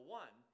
one